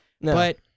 But-